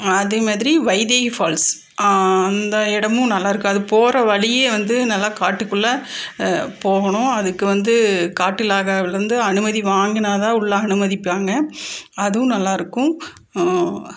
அதே மாதிரி வைதேகி ஃபால்ஸ் அந்த இடமும் நல்லாருக்குது போகிற வழியே வந்து நல்லா காட்டுக்குள்ளே போகணும் அதுக்கு வந்து காட்டிலாகவிலிருந்து அனுமதி வாங்கினால் தான் உள்ளே அனுமதிப்பாங்க அதுவும் நல்லா இருக்கும்